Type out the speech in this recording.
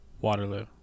Waterloo